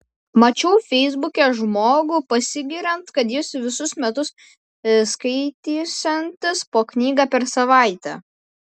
mačiau feisbuke žmogų pasigiriant kad jis visus metus skaitysiantis po knygą per savaitę